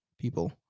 people